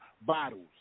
bottles